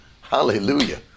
Hallelujah